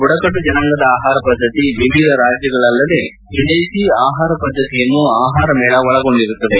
ಬುಡಕಟ್ಲು ಜನಾಂಗದ ಆಹಾರ ಪದ್ದತಿ ವಿವಿಧ ರಾಜ್ಲಗಳು ಅಲ್ಲದೆ ವಿದೇಶಿ ಆಹಾರ ಪದ್ದತಿಯನ್ನೂ ಆಹಾರಮೇಳ ಒಳಗೊಂಡಿರುತ್ತದೆ